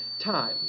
time